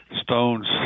stones